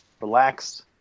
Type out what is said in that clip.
relaxed